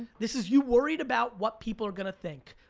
this is you worried about what people are gonna think.